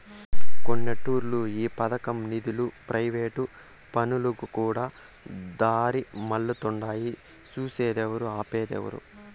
కొన్నితూర్లు ఈ పదకం నిదులు ప్రైవేటు పనులకుకూడా దారిమల్లతుండాయి సూసేదేవరు, ఆపేదేవరు